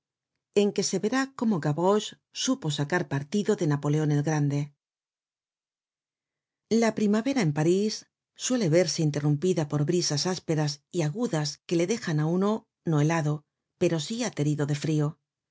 en que se verá cómo gavroche supo sacar partido de napoleon el grande la primavera en parís suele verse interrumpida por brisas ásperas y agudas que le dejan á uno no helado pero sí aterido de frio